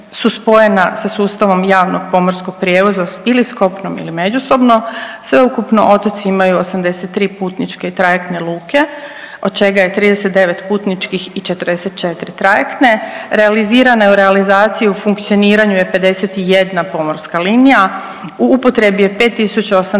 su spojena sa sustavom javnog pomorskog prijevoza ili s kopnom ili međusobno. Sveukupno otoci imaju 83 putničke i trajektne luke od čega je 39 putničkih i 44 trajektne realiziranje u realizaciji u funkcioniranju je 51 pomorska linija, u upotrebi je 5.080